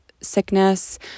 sickness